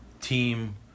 team